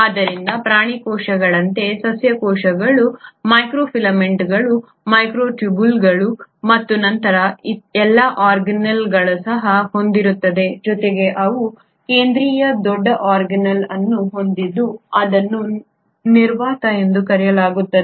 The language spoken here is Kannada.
ಆದ್ದರಿಂದ ಪ್ರಾಣಿ ಕೋಶಗಳಂತೆ ಸಸ್ಯ ಕೋಶಗಳು ಮೈಕ್ರೋಫಿಲೆಮೆಂಟ್ಗಳು ಮೈಕ್ರೊಟ್ಯೂಬ್ಯೂಲ್micro tubleಗಳು ಮತ್ತು ಇತರ ಎಲ್ಲಾ ಆರ್ಗಾನ್ಯಿಲ್ಗಳನ್ನು ಸಹ ಹೊಂದಿರುತ್ತವೆ ಜೊತೆಗೆ ಅವು ಕೇಂದ್ರೀಯ ದೊಡ್ಡ ಆರ್ಗಾನ್ಯಿಲ್ ಅನ್ನು ಹೊಂದಿದ್ದು ಅದನ್ನು ನಿರ್ವಾತ ಎಂದು ಕರೆಯಲಾಗುತ್ತದೆ